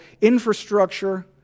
infrastructure